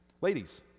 Ladies